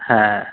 হ্যাঁ